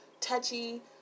touchy